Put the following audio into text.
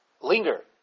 linger